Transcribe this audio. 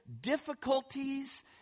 difficulties